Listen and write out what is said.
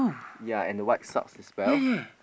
ya and a white socks as well